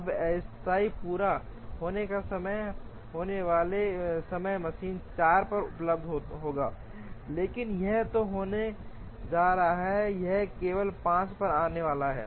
अब अस्थायी पूरा होने का समय पूरा होने वाला समय मशीन 4 पर उपलब्ध होगा लेकिन यह है होने जा रहा है यह केवल 5 पर आने वाला है